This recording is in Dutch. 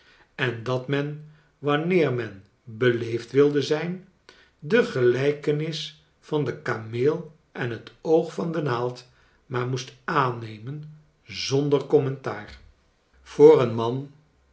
en dat men wanneer men beleefd wilde zijn de gelijkenis van den kameel en het oog van de naald maar moest aannemen z onder commentaar voor een man